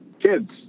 kids